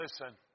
listen